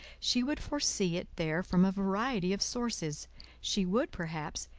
she would foresee it there from a variety of sources she would, perhaps,